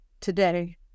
today